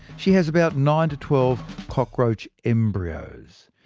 she has about nine twelve cockroach embryos.